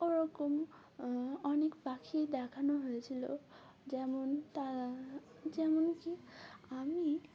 ওরকম অনেক পাখি দেখানো হয়েছিলো যেমন তা যেমন কি আমি